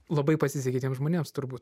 labai pasisekė tiems žmonėms turbūt